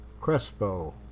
Crespo